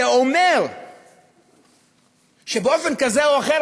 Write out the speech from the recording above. זה אומר שבאופן כזה או אחר,